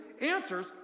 answers